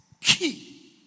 key